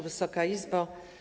Wysoka Izbo!